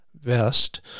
vest